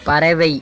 பறவை